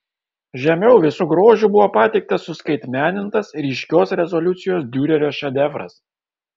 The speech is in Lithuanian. žemiau visu grožiu buvo pateiktas suskaitmenintas ryškios rezoliucijos diurerio šedevras